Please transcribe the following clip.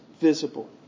visible